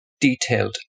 detailed